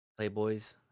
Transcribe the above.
Playboys